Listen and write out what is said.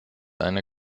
eine